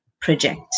project